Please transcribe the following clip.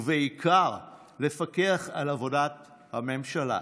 ובעיקר, לפקח על עבודת הממשלה,